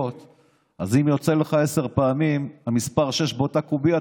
אם יוצא לך עשר פעמים המספר 6 באותה קובייה,